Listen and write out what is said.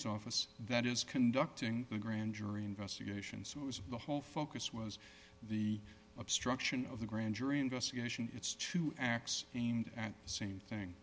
's office that is conducting the grand jury investigation so it was the whole focus was the obstruction of the grand jury investigation it's two acts aimed at the same thing